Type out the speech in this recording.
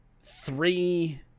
three